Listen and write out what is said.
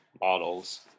models